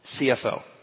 CFO